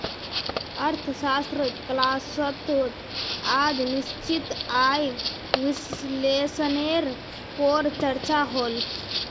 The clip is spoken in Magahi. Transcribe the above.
अर्थशाश्त्र क्लास्सोत आज निश्चित आय विस्लेसनेर पोर चर्चा होल